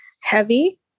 heavy